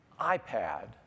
iPad